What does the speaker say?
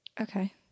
okay